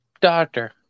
doctor